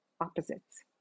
opposites